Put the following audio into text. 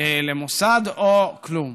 למוסד או כלום.